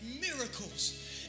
miracles